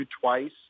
twice